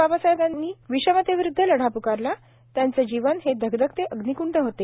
बाबासाहेबांनी विषमतेविरुदध लढा प्कारला त्यांचे जीवन हे धगधगते अग्निकंड होते